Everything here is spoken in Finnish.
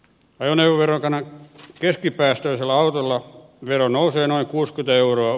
ajoneuvoverokannan keskipäästöisellä autolla vero nousee noin kuusi mrd euroa